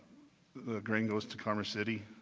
the grain goes to commerce city,